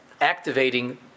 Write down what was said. activating